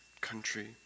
country